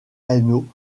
hainaut